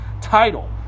title